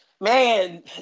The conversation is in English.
man